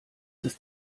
ist